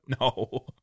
No